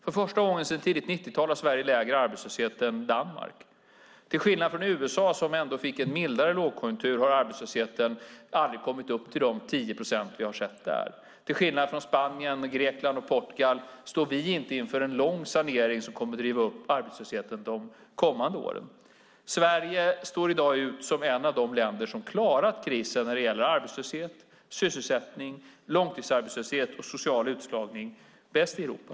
För första gången sedan tidigt 90-tal har Sverige lägre arbetslöshet än Danmark. Till skillnad från USA, som ändå fick en mildare lågkonjunktur, har arbetslösheten hos oss aldrig kommit upp till de 10 procent som vi har sett där. Till skillnad från Spanien, Grekland och Portugal står vi inte inför en lång sanering som kommer att driva upp arbetslösheten under de kommande åren. Sverige står i dag ut som ett av de länder som bäst har klarat krisen när det gäller arbetslöshet, sysselsättning, långtidsarbetslöshet och social utslagning i Europa.